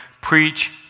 preach